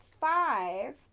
five